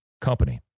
Company